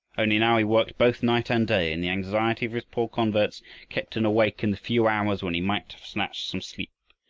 only now he worked both night and day, and the anxiety for his poor converts kept him awake in the few hours when he might have snatched some sleep.